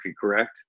correct